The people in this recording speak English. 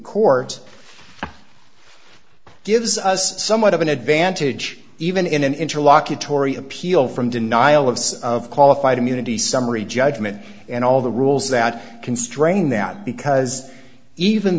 court gives us somewhat of an advantage even in an interlocutory appeal from denial of sort of qualified immunity summary judgment and all the rules that constrain that because even